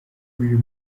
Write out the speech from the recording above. uyu